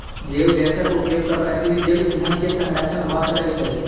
जैव गैसक उपयोग सॅ प्राचीन जैव ईंधन के संरक्षण भ सकै छै